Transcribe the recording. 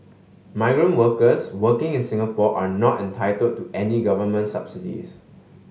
migrant workers working in Singapore are not entitled to any Government subsidies